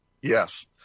Yes